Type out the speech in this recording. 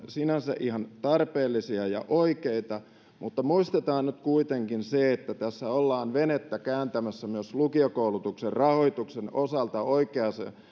sinänsä ihan tarpeellisia ja oikeita mutta muistetaan nyt kuitenkin se että tässä ollaan venettä kääntämässä myös lukiokoulutuksen rahoituksen osalta oikeaan